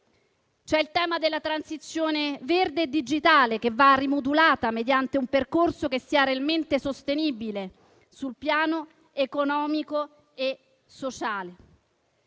C'è il tema della transizione verde e digitale, che va rimodulata, mediante un percorso che sia realmente sostenibile sul piano economico e sociale.